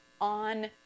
on